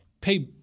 pay